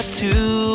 two